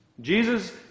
Jesus